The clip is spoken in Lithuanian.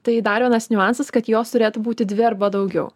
tai dar vienas niuansas kad jos turėtų būti dvi arba daugiau